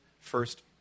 first